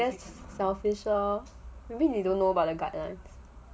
I guess selfish lor or maybe they don't know about the guidelines